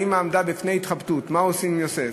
והאימא עמדה בפני התחבטות: מה עושים עם יוסף.